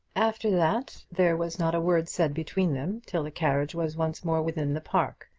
after that there was not a word said between them till the carriage was once more within the park.